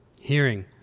hearing